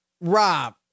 Rob